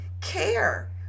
care